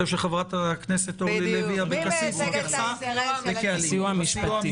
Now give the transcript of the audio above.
חברת הכנסת אורלי לוי אבקסיס התייחסה לסיוע המשפטי.